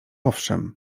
owszem